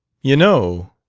you know,